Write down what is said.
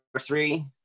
three